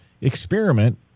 experiment